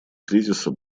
кризиса